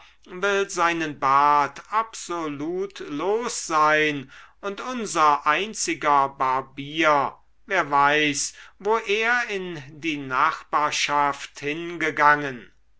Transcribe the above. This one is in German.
will seinen bart absolut los sein und unser einziger barbier wer weiß wo er in die nachbarschaft hingegangen